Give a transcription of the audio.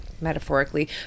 metaphorically